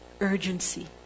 urgency